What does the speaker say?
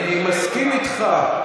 אני מסכים איתך.